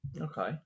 Okay